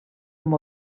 amb